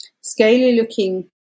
scaly-looking